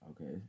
Okay